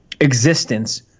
existence –